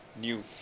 New